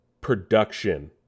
Production